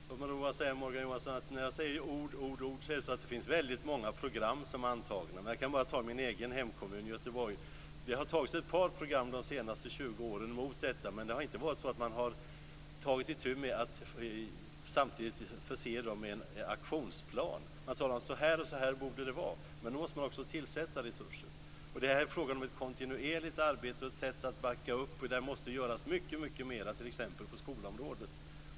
Fru talman! När jag talar om ord, ord, ord kan jag säga att det finns väldigt många program som är antagna, Morgan Johansson. Jag kan ta min egen hemkommun Göteborg som exempel. Det har antagits ett par program de senaste 20 åren mot klotter, men man har inte samtidigt försett de inblandade med en aktionsplan. Man talar om att det borde vara så och så, men då måste man också tillföra resurser. Det är frågan om ett kontinuerligt arbete och ett sätt att backa upp. Det måste göras mycket mera t.ex. på skolområdet.